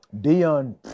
Dion